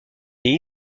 est